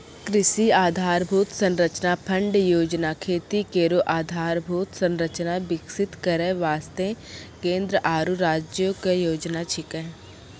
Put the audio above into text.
कृषि आधारभूत संरचना फंड योजना खेती केरो आधारभूत संरचना विकसित करै वास्ते केंद्र आरु राज्यो क योजना छिकै